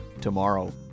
tomorrow